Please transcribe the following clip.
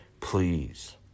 please